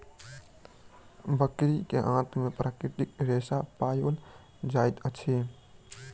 बकरी के आंत में प्राकृतिक रेशा पाओल जाइत अछि